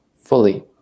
fully